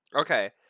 Okay